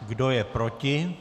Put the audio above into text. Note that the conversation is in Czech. Kdo je proti?